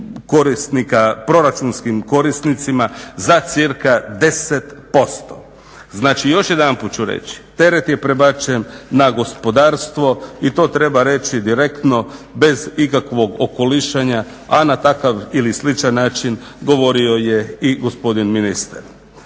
to je proračunskim korisnicima za cca 10%. Znači još jedanput ću reći, teret je prebačen na gospodarstvo i to treba reći direktno bez ikakvog okolišanja a na takav ili sličan način govorio je i gospodin ministar.